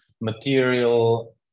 material